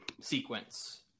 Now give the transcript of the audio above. sequence